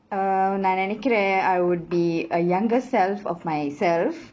err நா நெனக்கிறேன்: naa nenakiraen I would be a younger self of myself